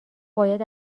باید